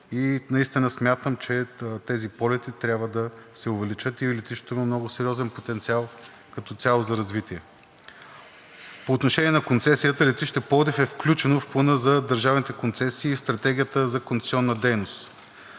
наистина смятам, че тези полети трябва да се увеличат. Летището има много сериозен потенциал като цяло за развитие. По отношение на концесията. Летище Пловдив е включено в плана за държавните концесии и стратегията за концесионна дейност.